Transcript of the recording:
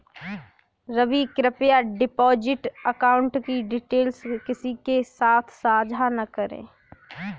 रवि, कृप्या deposit account की details किसी के साथ सांझा न करें